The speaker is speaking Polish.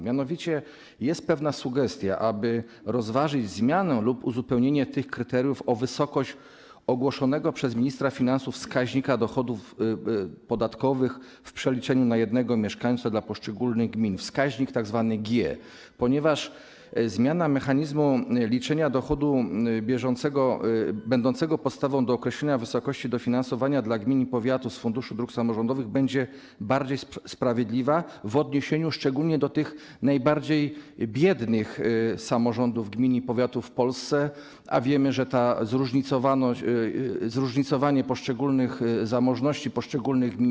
Mianowicie jest pewna sugestia, aby rozważyć zmianę lub uzupełnienie tych kryteriów o wysokość ogłoszonego przez ministra finansów wskaźnika dochodów podatkowych w przeliczeniu na jednego mieszkańca dla poszczególnych gmin, chodzi o tzw. wskaźnik G, ponieważ zmiana mechanizmu liczenia dochodu bieżącego będącego podstawą do określenia wysokości dofinansowania dla gmin i powiatów z Funduszu Dróg Samorządowych będzie bardziej sprawiedliwa w odniesieniu szczególnie do tych najbardziej biednych samorządów, gmin i powiatów w Polsce, a wiemy, że jest zróżnicowanie zamożności poszczególnych gmin.